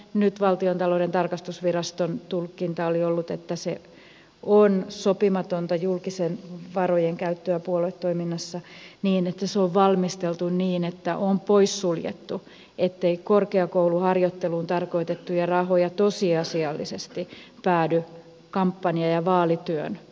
nyt valtiontalouden tarkastusviraston tulkinta oli että se on sopimatonta julkisten varojen käyttöä puoluetoiminnassa niin että se on valmisteltu niin että on poissuljettu ettei korkeakouluharjoitteluun tarkoitettuja rahoja tosiasiallisesti päädy kampanja ja vaalityön tekemiseen